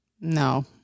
No